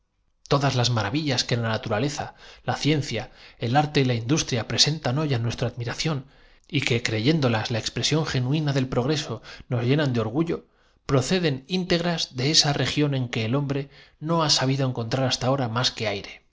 todas las maravillas que la naturaleza la ciencia y así diciendo mientras con la mano derecha ten el arte y la industria presentan hoy á nuestra admira día la gasa simulando una columna de humo que se ción y que creyéndolas la expresión genuina del pro elevase con la izquierda imprimía una imperceptible greso nos llenan de orgullo proceden íntegras de esa rotación al sombrero región en que el hombre no ha sabido encontrar hasta mirad el tiempoproseguía señalando el crespón ahora más que